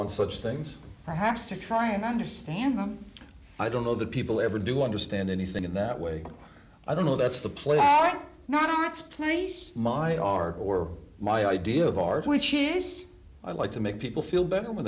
on such things perhaps to try and understand them i don't know that people ever do understand anything in that way i don't know that's the place i am not arts place my art or my idea of art which is i like to make people feel better when